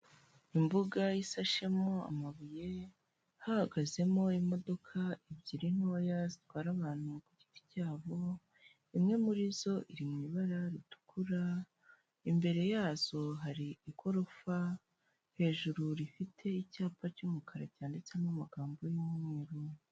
Imbuga isashemo amabuye hahagazemo imodoka ebyiri ntoya zitwara abantu ku giti cyabo, imwe muri zo iri mu ibara ritukura imbere yazo hari igorofa, hejuru rifite icyapa cy'umukara cyanditsemo amagambo y'umweru.